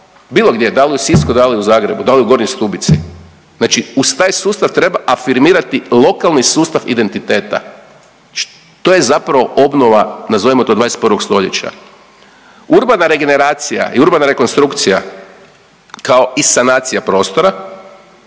bilo gdje, da li u Sisku, da li u Zagrebu, da li u Gornjoj Stubici. Znači uz taj sustav treba afirmirati lokalni sustav identiteta. To je zapravo obnova nazovimo to 21. stoljeća. Urbana regeneracija i urbana rekonstrukcija kao i sanacija prostora